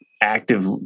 active